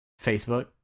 Facebook